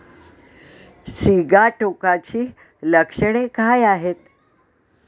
सिगाटोकाची लक्षणे काय आहेत?